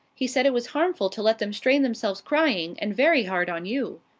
he said it was harmful to let them strain themselves crying, and very hard on you.